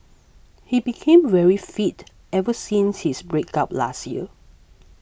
he became very fit ever since his breakup last year